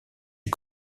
est